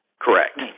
Correct